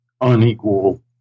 unequal